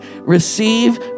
receive